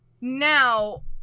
Now